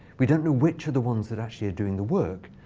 we don't know which of the ones that actually are doing the work,